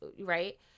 right